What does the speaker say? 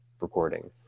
recording